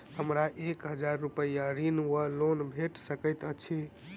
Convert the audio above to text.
हमरा एक हजार रूपया ऋण वा लोन भेट सकैत अछि?